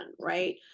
right